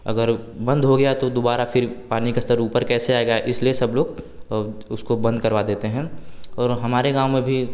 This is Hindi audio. अगर बंद हो गया तो दोबारा फिर पानी का अस्तर ऊपर कैसे आएगा इसलिए सब लोग उसको बंद करवा देते हैं और हमारे गाँव में भी